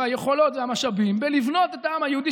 והיכולות והמשאבים בבניית העם היהודי,